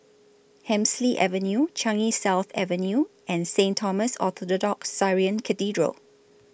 Hemsley Avenue Changi South Avenue and Saint Thomas Orthodox Syrian Cathedral